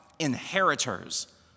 inheritors